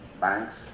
banks